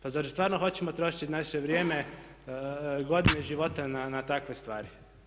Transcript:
Pa zar stvarno hoćemo trošiti naše vrijeme, godine života na takve stvari.